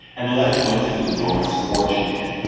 and left most of his enormous fortune to him.